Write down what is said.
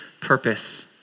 purpose